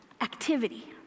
Activity